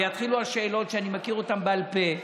ויתחילו השאלות שאני מכיר בעל פה.